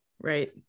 right